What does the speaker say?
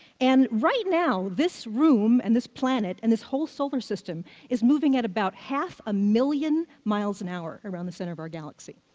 and right now, this room, and this planet, and this whole solar system is moving at about half a million miles an hour around the center of our galaxy.